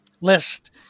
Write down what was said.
list